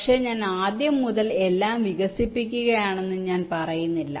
പക്ഷേ ഞാൻ ആദ്യം മുതൽ എല്ലാം വികസിപ്പിക്കുകയാണെന്ന് ഞാൻ പറയുന്നില്ല